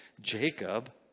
Jacob